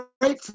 great